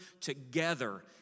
together